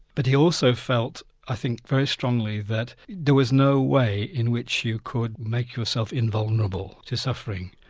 but he also felt i think very strongly that there was no way in which you could make yourself invulnerable to suffering.